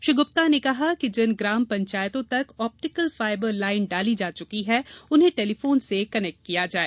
श्री गुप्ता ने कहा जिन ग्राम पंचायतों तक आप्टिकल फायबर लाइन डाली जा चुकी है उन्हें टेलीफोन से कनेक्ट करें